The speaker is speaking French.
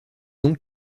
donc